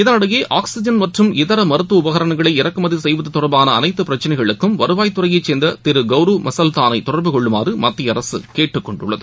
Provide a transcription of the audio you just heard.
இதனிடையே ஆக்ஸிஐன் மற்றம் இதரமருத்துவஉபகரணங்களை இறக்குமதிசெய்வதுதொடர்பானஅனைத்துபிரச்சினைகளுக்கும் வருவாய் துறையைசேர்ந்ததிருகவுரவ் மசல்தானைதொடர்பு கொள்ளுமாறுமத்தியஅரசுகேட்டுக் கொண்டுள்ளது